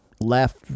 left